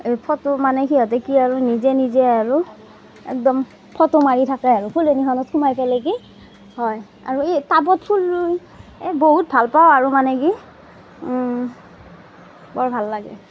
photo মানে সিহঁতে কি আৰু নিজে নিজে আৰু একদম ফটো মাৰি থাকে আৰু ফুলনিখনত সোমাই পেলাই কি হয় আৰু এই টাবত ফুল ৰুই বহুত ভাল পাওঁ আৰু মানে কি বৰ ভাল লাগে